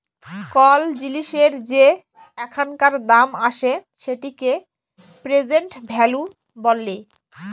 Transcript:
call জিলিসের যে এখানকার দাম আসে সেটিকে প্রেজেন্ট ভ্যালু ব্যলে